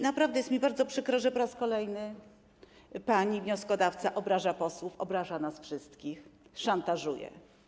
Naprawdę jest mi bardzo przykro, że po raz kolejny pani wnioskodawca obraża posłów, obraża nas wszystkich, szantażuje.